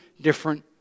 different